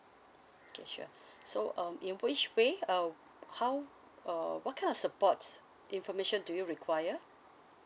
okay sure so um in which way um how or what kind of supports information do you require